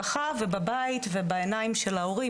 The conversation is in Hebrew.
במשפחה ובבית ובעיניים של ההורים,